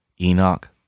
Enoch